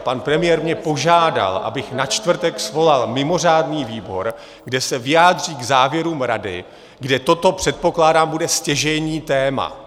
Pan premiér mě požádal, abych na čtvrtek svolal mimořádný výbor, kde se vyjádří k závěrům Rady, kde toto, předpokládám, bude stěžejní téma.